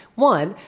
one,